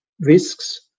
risks